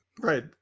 Right